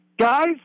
Guys